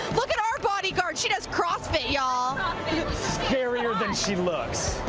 look at our body guards, she does crossfit. yeah ah scarier than she looks.